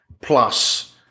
plus